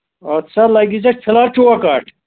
اَتھ سا لَگہِ ژےٚ فِلحال چوکاٹ